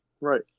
Right